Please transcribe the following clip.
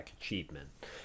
achievement